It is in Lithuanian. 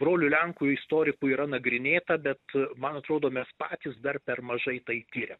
brolių lenkų istorikų yra nagrinėta bet man atrodo mes patys dar per mažai tai tiriam